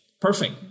Perfect